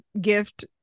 gift